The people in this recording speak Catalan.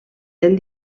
del